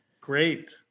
Great